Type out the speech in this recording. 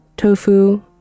Tofu